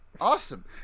Awesome